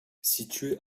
situé